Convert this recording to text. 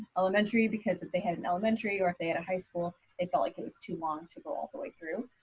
elementary because if they had an elementary or if they had a high school, they felt like it was too long to go all the way through.